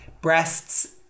breasts